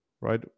right